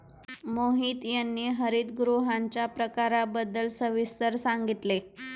मोहित यांनी हरितगृहांच्या प्रकारांबद्दल सविस्तर सांगितले